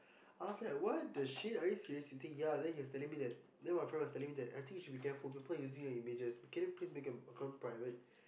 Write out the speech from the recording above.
I was like what the shit are you seriously saying ya then he was telling me that then my friend was telling I think you should be careful people are using your images can you please make your account private